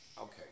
Okay